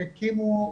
שהקימו,